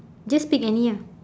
just pick any ah